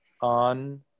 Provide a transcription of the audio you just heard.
on